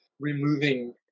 Removing